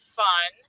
fun